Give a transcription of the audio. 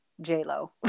J-Lo